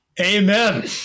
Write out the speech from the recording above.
Amen